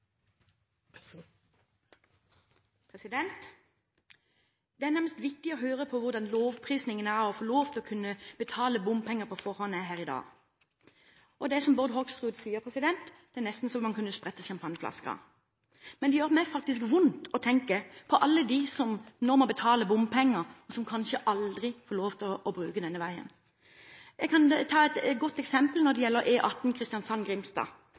dag? Det er nærmest vittig her i dag å høre på lovprisningen av det å få lov til å betale bompenger på forhånd. Det er, som Bård Hoksrud sier, nesten så man kunne sprette sjampanjeflasken. Men det gjør meg faktisk vondt å tenke på alle dem som nå må betale bompenger, og som kanskje aldri får lov til å bruke denne veien. Jeg kan ta et godt eksempel når det gjelder